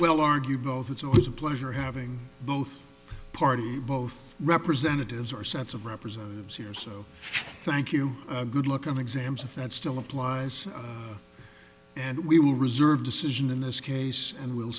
well argue both it's always a pleasure having both parties both representatives or sets of representatives here so thank you good luck on exams if that still applies and we will reserve decision in this case and w